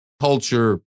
culture